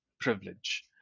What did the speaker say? privilege